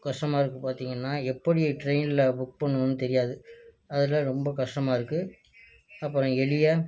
கஷ்டமாக இருக்குது பார்த்திங்கன்னா எப்படி ட்ரெயினில் புக் பண்ணணுனு தெரியாது அதுலாம் ரொம்ப கஷ்டமாக இருக்குது அப்புறம் எளிய